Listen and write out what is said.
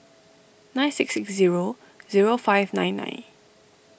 nine six six zero zero five nine nine